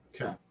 Okay